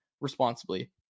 responsibly